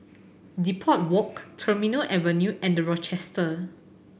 Depot Walk Terminal Avenue and The Rochester